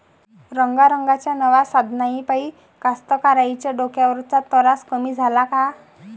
रंगारंगाच्या नव्या साधनाइपाई कास्तकाराइच्या डोक्यावरचा तरास कमी झाला का?